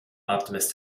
optimist